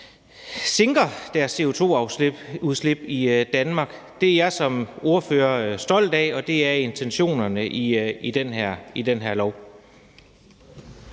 sænker deres CO2-udslip i Danmark. Det er jeg som ordfører stolt af, og det er intentionerne i de her